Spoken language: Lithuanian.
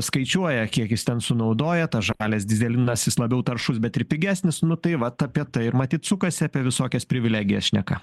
skaičiuoja kiek jis ten sunaudoja tas žalias dyzelinas jis labiau taršus bet ir pigesnis nu tai vat apie tai ir matyt sukasi apie visokias privilegijas šneka